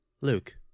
Luke